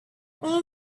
all